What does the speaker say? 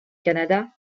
canada